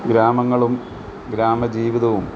ഗ്രാമങ്ങളും ഗ്രാമജീവിതവും